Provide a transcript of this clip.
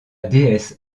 déesse